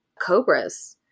Cobras